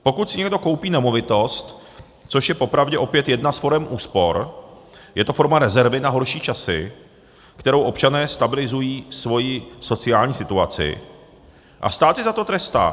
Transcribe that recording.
Pokud si někdo koupí nemovitost, což je popravdě opět jedna z forem úspor, je to forma rezervy na horší časy, kterou občané stabilizují svoji sociální situaci, a stát je za to trestá.